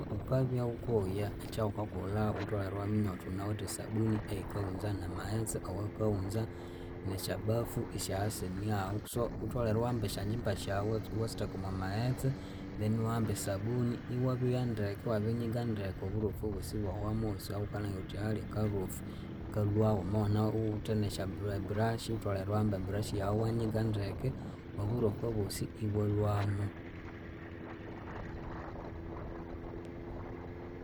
Wukabya wukoya ekyawukakolha wutholere iwaminya wuthi wunawithe esabuni eyikawunza namaghetse awakawunza, nesyabafu isyasinahu so wutholere iwahamba esyangyimba syawu iwasitheka omwamaghetse then iwahamba esabuni iwabyoya ndeke iwabinyiga ndeke oburofu bwosi bwahwamu ahosi awawukalangira wuthi hali akarofu ikalwahu wama wunawithe nesya eburashi wutholere iwahamba eburashi yawu iwanyiga ndeke oburofu bwosi ibwalwamu.